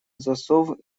засов